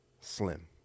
slim